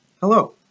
Hello